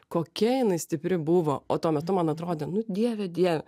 kokia jinai stipri buvo o tuo metu man atrodė nu dieve dieve